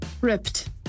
Ripped